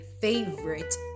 favorite